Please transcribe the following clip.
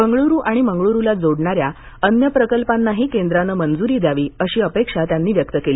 बंगळूरू आणि मंगळूरूला जोडणाऱ्या अन्य प्रकल्पांनाही केंद्रानं मंजुरी द्यावी अशी अपेक्षा त्यांनी व्यक्त केली